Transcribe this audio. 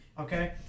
Okay